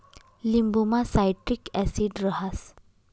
लिंबुमा citric acid रहास